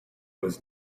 was